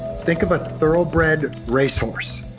think of a thoroughbred racehorse.